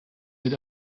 mit